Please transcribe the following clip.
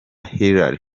hillary